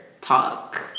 talk